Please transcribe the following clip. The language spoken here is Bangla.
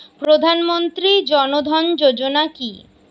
প্রধান মন্ত্রী জন ধন যোজনা কি?